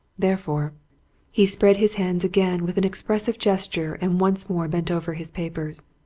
therefore he spread his hands again with an expressive gesture and once more bent over his papers.